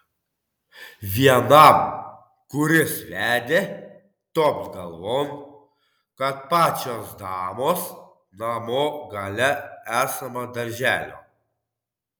vienam kuris vedė topt galvon kad pačios damos namo gale esama darželio